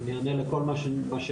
אני אענה לכל מה שאשאל.